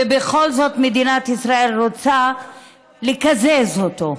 ובכל זאת מדינת ישראל רוצה לקזז אותו,